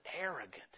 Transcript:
arrogant